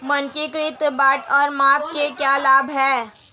मानकीकृत बाट और माप के क्या लाभ हैं?